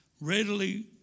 Readily